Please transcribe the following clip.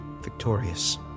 victorious